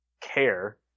care